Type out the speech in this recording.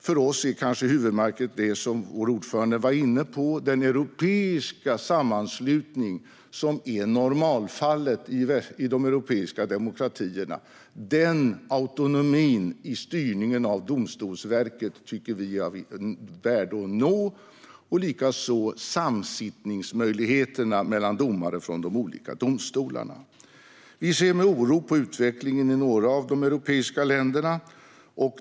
För oss är huvudmärket kanske det som vår ordförande var inne på: Den europeiska sammanslutning som är normalfallet i de europeiska demokratierna innebär en autonomi i styrningen av Domstolsverket som vi tycker att det finns ett värde i att försöka nå. Detsamma gäller samsittningsmöjligheterna mellan domare från de olika domstolarna. Vi ser med oro på utvecklingen i några av de europeiska länderna.